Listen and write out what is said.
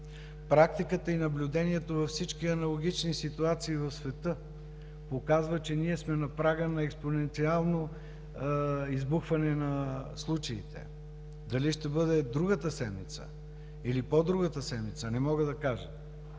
практиката и наблюдението във всички аналогични ситуации в света показва, че ние сме на прага на експоненциално избухване на случаите. Дали ще бъде другата седмица или по-другата седмица, не мога да кажа,